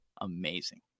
amazing